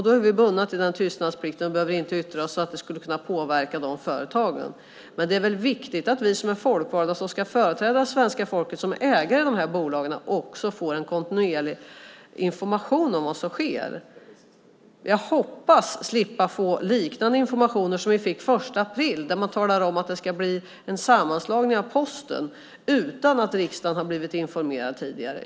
Då är vi bundna till tystnadsplikten och kan inte yttra oss så att det skulle kunna påverka de företagen. Men det är väl viktigt att vi som är folkvalda, som ska företräda svenska folket som ägare i de här bolagen, får en kontinuerlig information om vad som sker. Jag hoppas slippa få liknande information som den vi fick den 1 april, då man talade om att det skulle bli en sammanslagning av Posten utan att riksdagen hade blivit informerad tidigare.